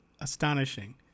astonishing